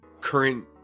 current